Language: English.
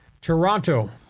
Toronto